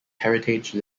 heritage